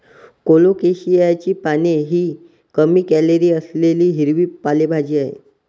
कोलोकेशियाची पाने ही कमी कॅलरी असलेली हिरवी पालेभाजी आहे